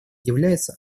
является